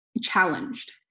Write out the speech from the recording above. challenged